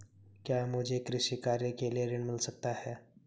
क्या मुझे कृषि कार्य के लिए ऋण मिल सकता है?